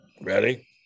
Ready